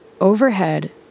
Overhead